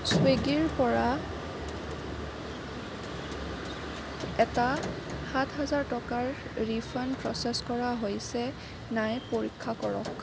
চুইগিৰ পৰা এটা সাত হাজাৰ টকাৰ ৰিফাণ্ড প্ৰচেছ কৰা হৈছে নাই পৰীক্ষা কৰক